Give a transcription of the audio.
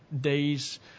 days